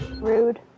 Rude